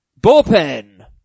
Bullpen